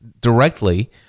directly